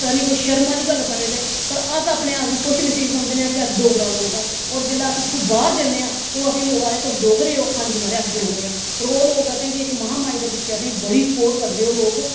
कि पता नेईं कुछ शर्म आहली गल्ल समझदे पर अस अपने आप गी खुश नसीव समझने आं कि अस डोगरा लोक आं औऱ जिसलै अस इत्थू बाहर जन्ने आं तू आसेंगी लोक आक्खदे तुस डोगरे ओ हंजी महाराज अस डोगरे आं और ओह् लोक आसेंगी इक महामाई दे पिच्छे आसेंगी बड़ी स्पोट करदे ओह् लोक